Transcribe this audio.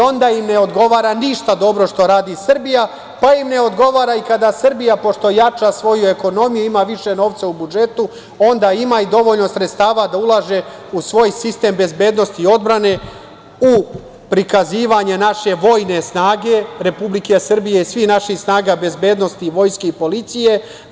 Onda im ne odgovara ništa dobro što radi Srbija, pa im ne odgovara i kada Srbija, pošto jača svoju ekonomiju, ima više novca u budžetu, onda ima i dovoljno sredstava da ulaže u svoj sistem bezbednosti i odbrane u prikazivanje naše vojne snage Republike Srbije, svih naših snaga bezbednosti vojske i policije.